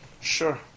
Sure